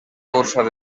cursar